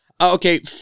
Okay